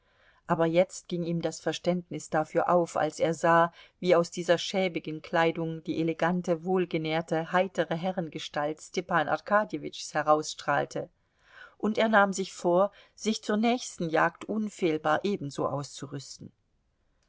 aber jetzt ging ihm das verständnis dafür auf als er sah wie aus dieser schäbigen kleidung die elegante wohlgenährte heitere herrengestalt stepan arkadjewitschs herausstrahlte und er nahm sich vor sich zur nächsten jagd unfehlbar ebenso auszurüsten